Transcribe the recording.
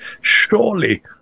Surely